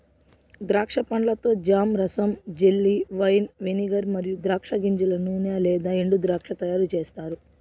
ద్రాక్ష పండ్లతో జామ్, రసం, జెల్లీ, వైన్, వెనిగర్ మరియు ద్రాక్ష గింజల నూనె లేదా ఎండుద్రాక్ష తయారుచేస్తారు